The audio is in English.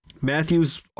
Matthew's